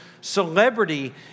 celebrity